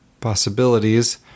possibilities